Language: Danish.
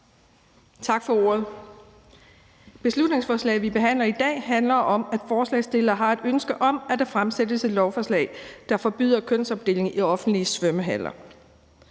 Tak for ordet. Beslutningsforslaget, vi behandler i dag, handler om, at forslagsstillerne har et ønske om, at der fremsættes et lovforslag, der forbyder kønsopdeling i offentlige svømmehaller.